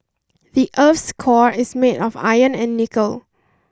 the earth's core is made of iron and nickel